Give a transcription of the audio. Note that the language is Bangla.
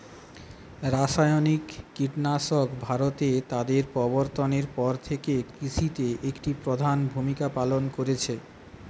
রাসায়নিক কীটনাশক ভারতে তাদের প্রবর্তনের পর থেকে কৃষিতে একটি প্রধান ভূমিকা পালন করেছে